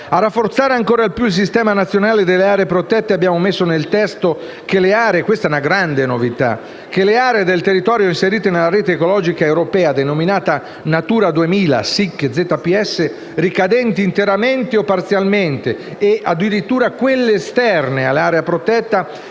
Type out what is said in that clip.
A rafforzare ancora di più il sistema nazionale delle aree protette abbiamo inserito nel testo una grande novità: le aree del territorio inserite nella rete ecologica europea definita Natura 2000, SIC e ZPS, ricadenti interamente o parzialmente, e addirittura quelle esterne all’area protetta,